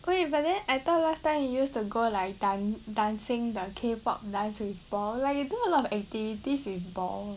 wait but then I thought last time you use to go like dance dancing the K_POP dance with ball like you do a lot of activities with paul